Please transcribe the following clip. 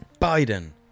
Biden